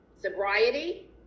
sobriety